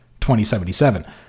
2077